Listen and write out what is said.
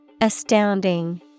Astounding